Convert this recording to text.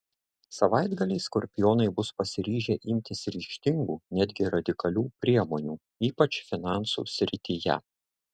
savaitgalį skorpionai bus pasiryžę imtis ryžtingų netgi radikalių priemonių ypač finansų srityje